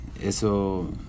eso